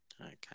Okay